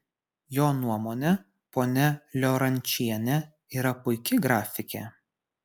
jo nuomone ponia liorančienė yra puiki grafikė